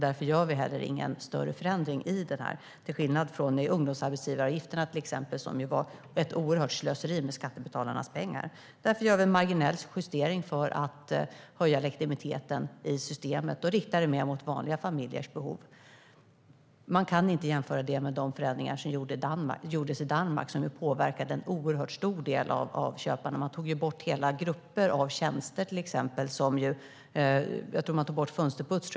Därför gör vi ingen större förändring i det avdraget, till skillnad från till exempel ungdomsarbetsgivaravgifterna, som ju var ett oerhört slöseri med skattebetalarnas pengar. Därför görs en marginell justering för att höja legitimiteten i systemet och rikta avdraget mer mot vanliga familjers behov. Detta kan inte jämföras med de förändringar som gjordes i Danmark, som nu påverkar en oerhört stor del av köparna. Hela grupper av tjänster togs bort. Jag tror att man tog bort fönsterputs.